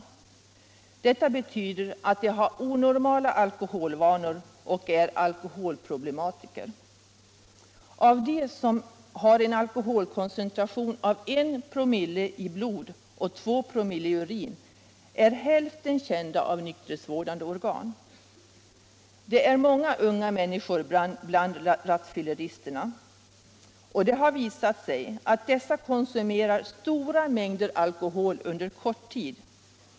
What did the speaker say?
Detta betyder att de har onormala alkoholvanor och är alkoholproblematiker. Av dem som har en alkoholkoncentration av 1 promille i blod och 2 promille i urin är hälften kända av nykterhetsvårdande organ. Det är många unga människor bland rattfylleristerna, och det har visat sig att de konsumerar stora mängder alkohol under kort tid.